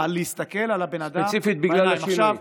זה ספציפית בגלל השינויים.